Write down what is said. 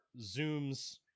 zooms